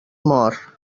mor